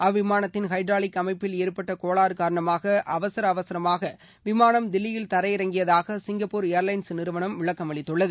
அவ்விமானத்தின் hydraulic அமைப்பில் ஏற்பட்ட கோளாறு காரணமாக அவசர அவசரமாக விமானம் தில்லியில் தரையிறங்கியதாக சிங்கப்பூர் ஏர்லைன்ஸ் நிறுவனம் விளக்கம் அளித்துள்ளது